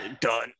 done